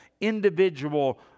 individual